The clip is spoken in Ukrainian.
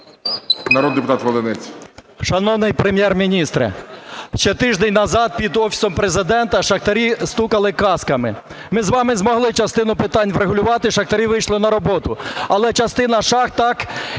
ВОЛИНЕЦЬ М.Я. Шановний Прем'єр-міністре, ще тиждень назад під Офісом Президента шахтарі стукали касками. Ми з вами змогли частину питань врегулювати, шахтарі вийшли на роботу, але частина шахт так